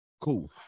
cool